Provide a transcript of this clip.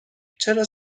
چرا